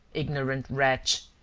ignorant wretch,